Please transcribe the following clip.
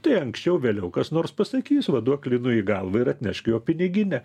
tai anksčiau vėliau kas nors pasakys va duok linui į galvą ir atnešk jo piniginę